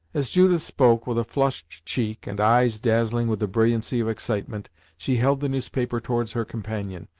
as judith spoke, with a flushed cheek and eyes dazzling with the brilliancy of excitement, she held the newspaper towards her companion,